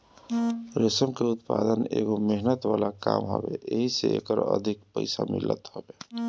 रेशम के उत्पदान एगो मेहनत वाला काम हवे एही से एकर अधिक पईसा मिलत हवे